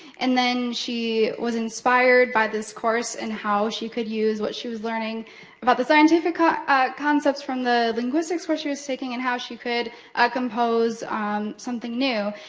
and then, she was inspired by this course and how she could use what she was learning about the scientific ah concepts from the linguistics course she was taking and how she could ah compose um something new.